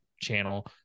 channel